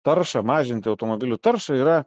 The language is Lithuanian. taršą mažinti automobilių taršą yra